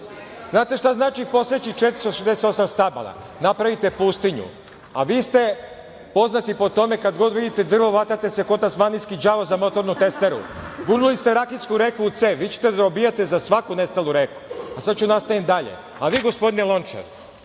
Znate šta znači poseći 468 stabala? Napravite pustinju. A vi ste poznati po tome da kad god vidite drvo, hvatate se ko tasmanijski đavo za motornu testeru. Gurnuli ste Rakitsku reku u cev. Vi ćete da robijate za svaku nestalu reku. A sada ću da nastavim dalje. Gospodine Lončar,